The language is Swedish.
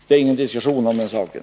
Det är ingen diskussion om den saken.